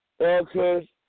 Okay